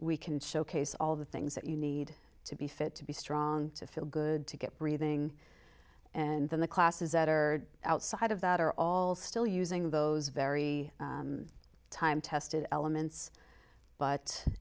we can showcase all the things that you need to be fit to be strong to feel good to get breathing and then the classes that are outside of that are all still using those very time tested elements but